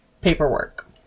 paperwork